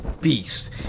Beast